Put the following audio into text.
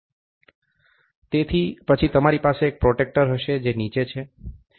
તેથી પછી તમારી પાસે એક પ્રોટ્રેક્ટર હશે જે નીચે છે